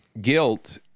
Guilt